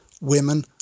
women